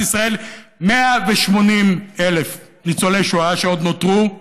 ישראל 180,000 ניצולי שואה שעוד נותרו.